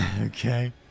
Okay